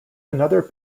another